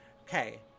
Okay